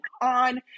on